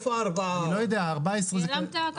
תבדקו.